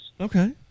Okay